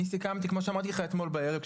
אני סיכמתי כמו שאמרתי לך אתמול בערב,